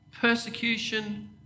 Persecution